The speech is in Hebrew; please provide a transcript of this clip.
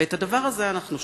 ואת הדבר הזה אנחנו שוכחים,